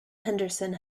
henderson